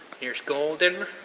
here's golden.